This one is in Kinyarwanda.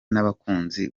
n’abakunzi